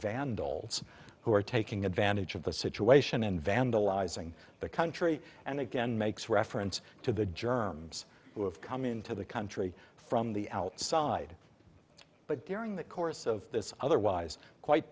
vandals who are taking advantage of the situation and vandalizing the country and again makes reference to the germs who have come into the country from the outside but during the course of this otherwise quite